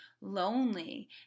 lonely